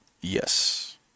Yes